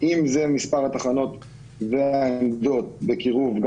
אם זה מספר התחנות והעמדות בקירוב,